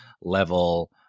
level